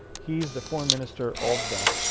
he is the foreign minister of that.